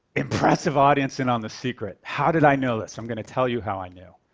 impressive audience in on the secret. how did i know this? i'm going to tell you how i knew.